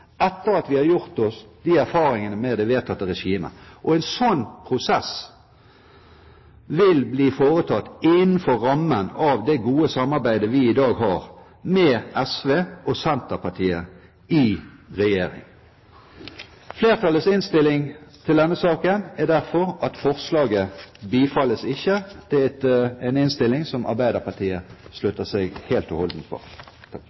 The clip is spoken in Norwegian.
etter at vi har gjort oss erfaringer med det vedtatte regimet. En sånn prosess vil bli foretatt innenfor rammen av det gode samarbeidet vi i dag har med SV og Senterpartiet i regjering. Flertallets innstilling til denne saken er derfor at forslaget bifalles ikke. Det er en innstilling som Arbeiderpartiet